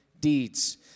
deeds